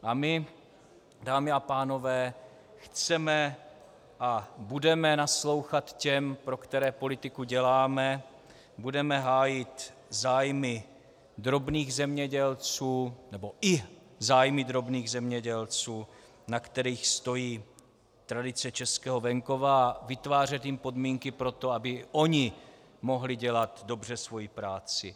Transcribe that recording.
A my, dámy a pánové, chceme a budeme naslouchat těm, pro které politiku děláme, budeme hájit zájmy drobných zemědělců, nebo i zájmy drobných zemědělců, na kterých stojí tradice českého venkova, a vytvářet jim podmínky pro to, aby oni mohli dělat dobře svoji práci.